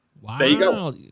Wow